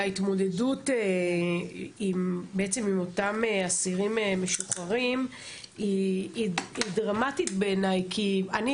ההתמודדות עם אותם אסירים משוחררים הוא דרמטי בעיני כי אני